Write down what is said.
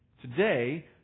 Today